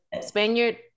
Spaniard